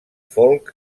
folk